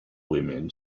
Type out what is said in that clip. women